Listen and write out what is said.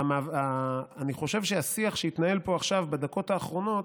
אני חושב שהשיח שהתנהל פה עכשיו בדקות האחרונות,